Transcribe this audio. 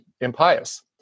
impious